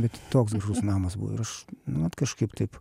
bet toks gražus namas buvo ir aš nu vat kažkaip taip